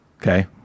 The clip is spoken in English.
Okay